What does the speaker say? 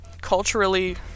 culturally